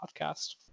podcast